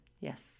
Yes